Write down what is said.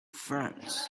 friends